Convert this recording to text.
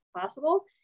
possible